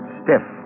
stiff